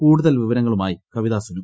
കൂടുതൽ വിവരങ്ങളുമായി കവിത സുനു